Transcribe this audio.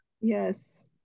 Yes